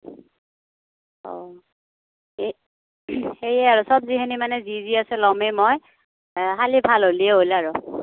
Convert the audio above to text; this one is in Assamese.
অঁ এই সেয়ে আৰু চব্জিখিনি মানে যি যি আছে ল'মেই মই খালী ভাল হ'লেই হ'ল আৰু